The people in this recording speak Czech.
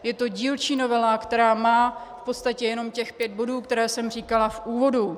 Je to dílčí novela, která má v podstatě jenom těch pět bodů, které jsem říkala v úvodu.